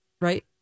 right